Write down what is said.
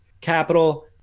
capital